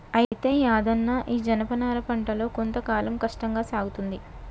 అయితే యాదన్న ఈ జనపనార పంటలో కొంత కాలం కష్టంగా సాగుతుంది